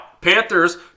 Panthers